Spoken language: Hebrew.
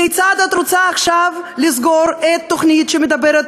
כיצד את רוצה עכשיו לסגור תוכנית שמדברת